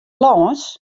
lâns